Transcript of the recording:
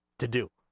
to do